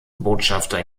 botschafter